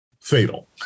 fatal